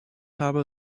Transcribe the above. habe